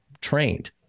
trained